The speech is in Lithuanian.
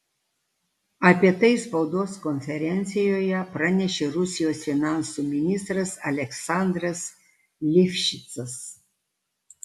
apie tai spaudos konferencijoje pranešė rusijos finansų ministras aleksandras livšicas